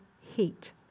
heat